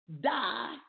die